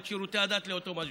ואת שירותי הדת לאותו משבר.